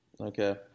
Okay